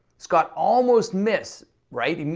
scott, almost missed, right, and